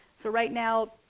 so right now,